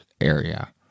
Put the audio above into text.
area